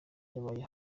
yabaye